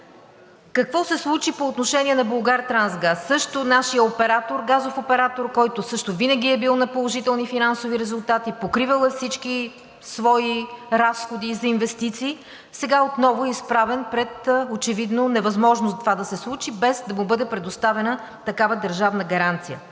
Какво се случи по отношение на „Булгартрансгаз“, който също е нашият газов оператор, който също винаги е бил на положителни финансови резултати, покривал е всички свои разходи за инвестиции, а сега отново е изправен пред очевидна невъзможност това да се случи, без да му бъде предоставена такава държавна гаранция.